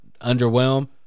underwhelm